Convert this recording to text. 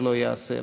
שלא ייעשה,